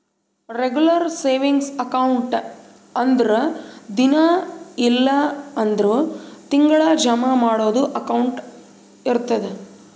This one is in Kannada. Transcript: ರೆಗುಲರ್ ಸೇವಿಂಗ್ಸ್ ಅಕೌಂಟ್ ಅಂದುರ್ ದಿನಾ ಇಲ್ಲ್ ಅಂದುರ್ ತಿಂಗಳಾ ಜಮಾ ಮಾಡದು ಅಕೌಂಟ್ ಇರ್ತುದ್